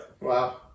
Wow